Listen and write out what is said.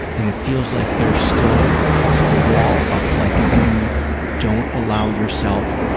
and it feels like there's still a wall up, like you don't allow yourself